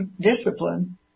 discipline